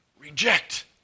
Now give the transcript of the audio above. reject